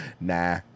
nah